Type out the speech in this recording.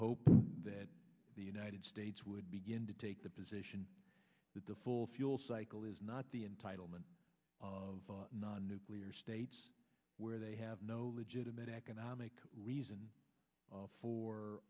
hope that the united states would begin to take the position that the full fuel cycle is not the entitlement of non nuclear states where they have no legitimate economic reason